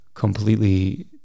completely